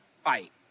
fight